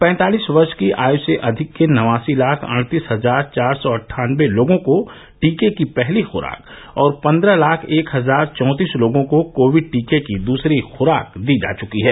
पैंतालीस वर्ष की आयु से अधिक के नवासी लाख अड़तीस हजार चार सौ अट्ठानबे लोगों को टीके की पहली खुराक और पन्द्रह लाख एक हजार चौंतीस लोगों को कोविड टीके की दूसरी खुराक दी जा चुकी है